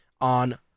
on